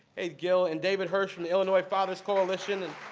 gill. and david hirsch from the illinois father's coalition.